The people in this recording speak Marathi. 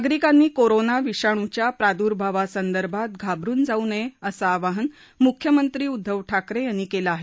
नागरिकांनी कोरोना विषाणूच्या प्रादुर्भावासंदर्भात घाबरून जाऊ नये असं आवाहन मुख्यमंत्री उद्घव ठाकरे यांनी केलं आहे